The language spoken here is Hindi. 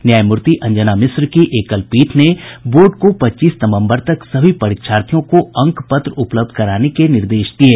न्यायमूर्ति अंजना मिश्र की एकलपीठ ने बोर्ड को पच्चीस नवम्बर तक सभी परीक्षार्थियों को अंक पत्र उपलब्ध कराने का निर्देश दिया है